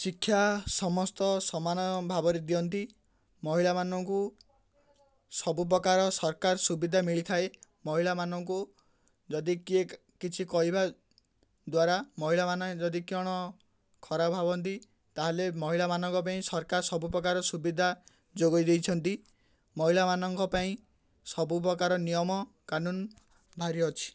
ଶିକ୍ଷା ସମସ୍ତ ସମାନ ଭାବରେ ଦିଅନ୍ତି ମହିଳାମାନଙ୍କୁ ସବୁପ୍ରକାର ସରକାର ସୁବିଧା ମିଳିଥାଏ ମହିଳାମାନଙ୍କୁ ଯଦି କିଏ କିଛି କହିବା ଦ୍ୱାରା ମହିଳାମାନେ ଯଦି କ'ଣ ଖରାପ ଭାବନ୍ତି ତାହେଲେ ମହିଳାମାନଙ୍କ ପାଇଁ ସରକାର ସବୁ ପ୍ରକାର ସୁବିଧା ଯୋଗେଇ ଦେଇଛନ୍ତି ମହିଳାମାନଙ୍କ ପାଇଁ ସବୁ ପ୍ରକାର ନିୟମ କାନୁନ ବାହାରି ଅଛି